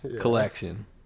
collection